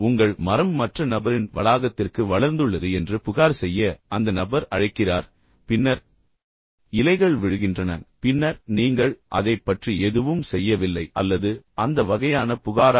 உங்கள் மரம் மற்ற நபரின் வளாகத்திற்கு வளர்ந்துள்ளது என்று புகார் செய்ய அந்த நபர் அழைக்கிறார் பின்னர் இலைகள் விழுகின்றன பின்னர் நீங்கள் அதைப் பற்றி எதுவும் செய்யவில்லை அல்லது அந்த வகையான புகாரா